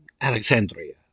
Alexandria